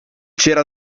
c’era